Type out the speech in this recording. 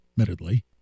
admittedly